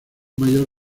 mayor